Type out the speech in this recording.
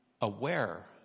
aware